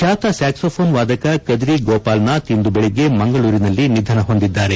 ಬ್ಯಾತ saxophone ವಾದಕ ಕದ್ರಿ ಗೋಪಾಲನಾಥ್ ಇಂದು ಬೆಳಗ್ಗೆ ಮಂಗಳೂರಿನಲ್ಲಿ ನಿಧನ ಹೊಂದಿದ್ದಾರೆ